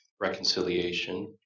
reconciliation